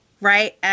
right